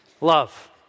love